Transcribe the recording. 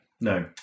no